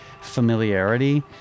familiarity